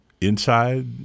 Inside